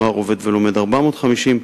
"הנוער העובד והלומד" 450 שקלים,